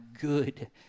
good